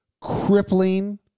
crippling